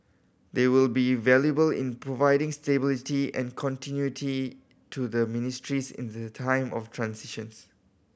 they will be valuable in providing stability and continuity to their ministries in the time of transitions